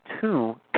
two